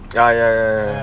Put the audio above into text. ya ya ya